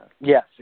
Yes